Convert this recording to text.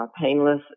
painless